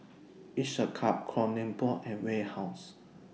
Each A Cup Kronenbourg and Warehouse